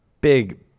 Big